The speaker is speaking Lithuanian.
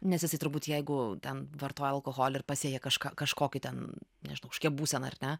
nes jisai turbūt jeigu ten vartoja alkoholį ir pasėja kažką kažkokį ten nežinau kokią būsenąar ne